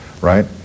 right